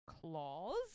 claws